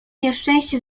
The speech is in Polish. nieszczęście